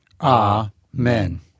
Amen